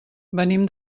venim